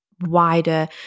wider